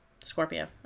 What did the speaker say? Scorpio